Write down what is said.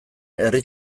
herri